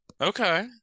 Okay